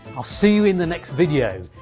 i'll see you in the next video.